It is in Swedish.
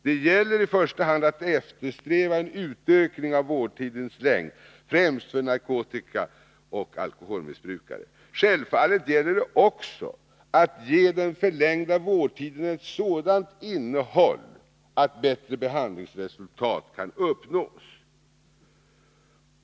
Det gäller i första hand att eftersträva en utökning av vårdtidens längd främst för narkotikaoch alkoholmissbrukare. Självfallet gäller det också att ge den förlängda vårdtiden ett sådant innehåll att bättre behandlingsresultat kan uppnås.